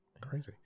crazy